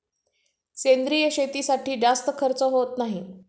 सेंद्रिय शेतीसाठी जास्त खर्च होत नाही